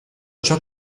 ciò